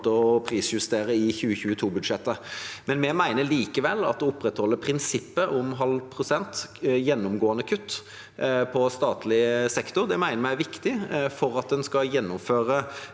prisjustere i 2022-budsjettet. Vi mener likevel at å opprettholde prinsippet om 0,5 pst. gjennomgående kutt i statlig sektor er viktig for at en skal gjennomføre